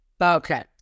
Okay